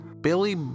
Billy